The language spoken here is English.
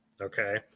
okay